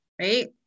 right